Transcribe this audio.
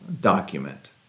document